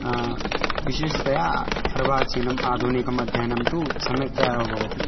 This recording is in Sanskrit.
विशेषतया अर्वाचीनम् आधुनिकम् अध्ययनं तु सम्यक्तया एव भवति